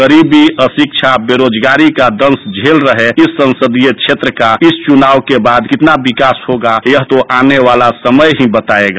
गरीबी अशिक्षा बेराजगारी का दंश झेल रहे इस संसदीय क्षेत्र का इस चुनाव के बाद कितना विकास होगा यह आने वाला समय ही बतायेगा